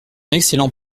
excellent